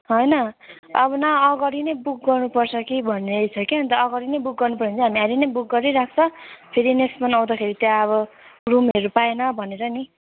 होइन अब न अगाडि नै बुक गर्नुपर्छ कि भन्ने छ कि अगाडि नै बुक गर्नुपऱ्यो भने चाहिँ हामी अहिले नै बुक गरिराख्छ फेरि नेक्स्ट आउँदाखेरि त्यहाँ अब रुमहरू पाएन भनेर नि